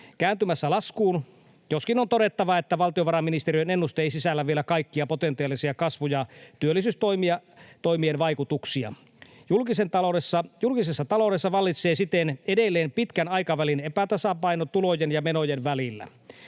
kääntymässä laskuun, joskin on todettava, että valtiovarainministeriön ennuste ei sisällä vielä kaikkia potentiaalisia kasvu- ja työllisyystoimien vaikutuksia. Julkisessa taloudessa vallitsee siten edelleen pitkän aikavälin epätasapaino tulojen ja menojen välillä.